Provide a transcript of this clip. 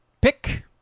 Pick